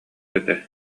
этэ